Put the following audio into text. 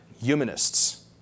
Humanists